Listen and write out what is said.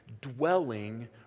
dwelling